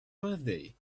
birthday